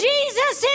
Jesus